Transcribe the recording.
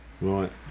Right